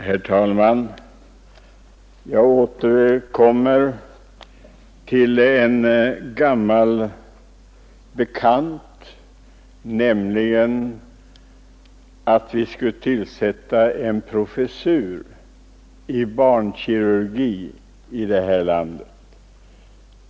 Herr talman! Jag återkommer till en gammal bekant, nämligen till kravet på en professur i barnkirurgi här i landet.